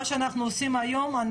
מה שנעשה היום זה